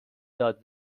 داد